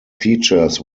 features